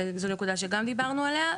כן, כן, זו נקודה שגם דיברנו עליה.